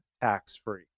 tax-free